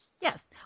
Yes